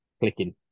clicking